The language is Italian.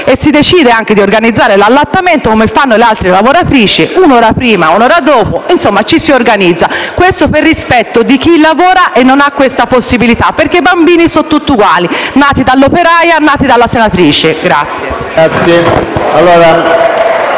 e si può decidere di organizzare l'allattamento, come fanno le altre lavoratrici, un'ora prima e un'ora dopo. Insomma ci si organizza. Questo per rispetto di chi lavora e non ha questa possibilità, perché i bambini sono tutti uguali, nati dall'operaia e nati dalla senatrice.